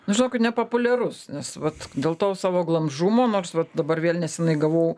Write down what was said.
nu žinokit nepopuliarus nes vat dėl to savo glamžumo nors va dabar vėl nesenai gavau